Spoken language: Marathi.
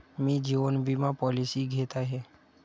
मी जीवन विमा पॉलिसी घेत आहे